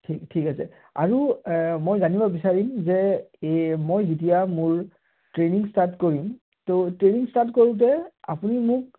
ঠিক ঠিক আছে আৰু মই জানিব বিচাৰিম যে এই মই যেতিয়া মোৰ ট্ৰেইনিং ষ্টাৰ্ট কৰিম তো ট্ৰেইনিং ষ্টাৰ্ট কৰোঁতে আপুনি মোক